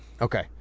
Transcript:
Okay